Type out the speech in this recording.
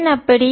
ஏன் அப்படி